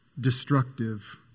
destructive